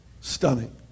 Stunning